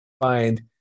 find